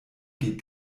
geht